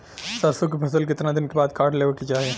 सरसो के फसल कितना दिन के बाद काट लेवे के चाही?